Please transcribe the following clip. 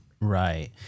Right